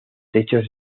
hechos